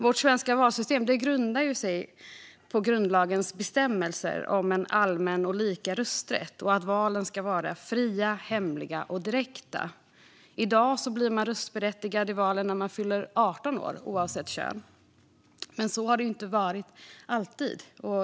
Vårt svenska valsystem grundar sig på grundlagens bestämmelser om allmän och lika rösträtt och att valen ska vara fria, hemliga och direkta. I dag blir man röstberättigad i valen när man fyller 18 år, oavsett kön. Men så har det inte alltid varit.